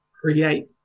create